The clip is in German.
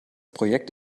projekt